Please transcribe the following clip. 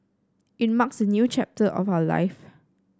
it marks a new chapter of our life